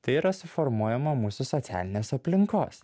tai yra suformuojama mūsų socialinės aplinkos